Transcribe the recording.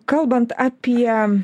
kalbant apie